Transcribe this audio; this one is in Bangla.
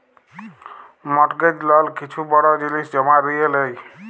মর্টগেজ লল কিছু বড় জিলিস জমা দিঁয়ে লেই